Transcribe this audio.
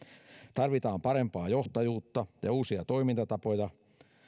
tarvitaan parempaa johtajuutta ja uusia toimintatapoja